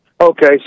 Okay